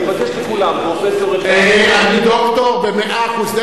אני מבקש לכולם: פרופסור, אני דוקטור במאה אחוז.